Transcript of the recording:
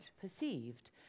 perceived